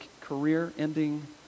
career-ending